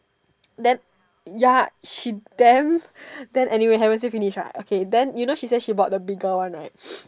then ya she damn then anyway never say finish what I say then she say she bought the bigger one right